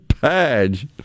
badge